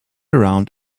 around